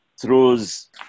throws